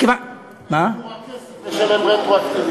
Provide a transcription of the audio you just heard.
תן רק כסף כדי לשלם רטרואקטיבית.